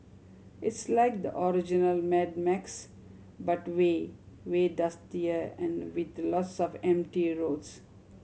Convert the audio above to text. it's like the original Mad Max but way way dustier and with lots of empty roads